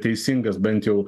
teisingas bent jau